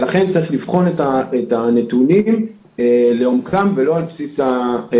לכן צריך לבחון את הנתונים לעומקם ולא על בסיס המספרים.